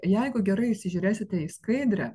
jeigu gerai įsižiūrėsite į skaidrę